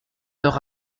leur